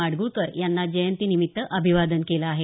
माडगुळकर यांना जयंतीनिमित्त अभिवादन केलं आहे